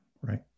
Right